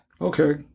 Okay